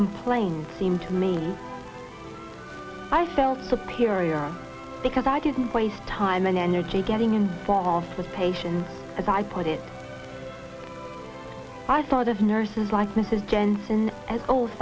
complain seemed to me i felt that period because i didn't waste time and energy getting involved with patients as i put it i thought of nurses like mrs jensen as old